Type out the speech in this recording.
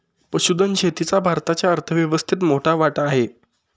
पशुधन शेतीचा भारताच्या अर्थव्यवस्थेत मोठा वाटा आहे